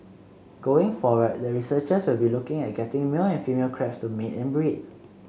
going forward the researchers will be looking at getting male and female crabs to mate and breed